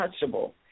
untouchable